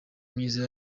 myiza